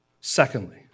Secondly